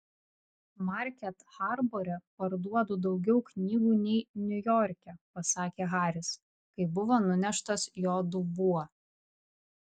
market harbore parduodu daugiau knygų nei niujorke pasakė haris kai buvo nuneštas jo dubuo